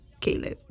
Caleb